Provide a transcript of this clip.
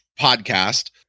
podcast